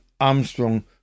Armstrong